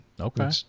okay